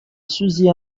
سوزی